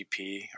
GDP